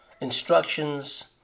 instructions